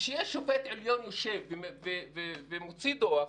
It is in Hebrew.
כשיש שופט עליון יושב ומוציא דוח,